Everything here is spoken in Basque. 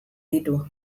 ditu